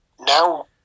now